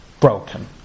broken